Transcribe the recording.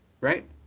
right